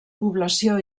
població